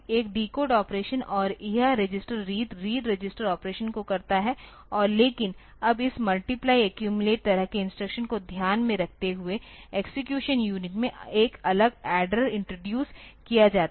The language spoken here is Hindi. एक डिकोड ऑपरेशन और यह register read read register operation को करता है और लेकिन अब इस मल्टीप्लय एक्यूमिलेट तरह के इंस्ट्रक्शन को ध्यान में रखते हुए एक्सेक्यूशन यूनिट में एक अलग एड्डर इंट्रोडूस किया जाता है